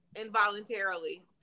involuntarily